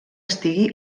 estigui